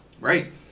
Right